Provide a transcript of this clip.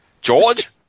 George